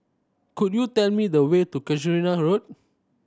could you tell me the way to Casuarina Road